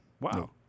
Wow